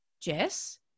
Jess